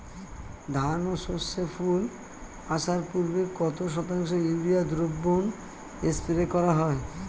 ধান ও সর্ষে ফুল আসার পূর্বে কত শতাংশ ইউরিয়া দ্রবণ স্প্রে করা হয়?